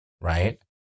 Right